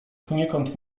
poniekąd